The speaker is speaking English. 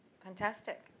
Fantastic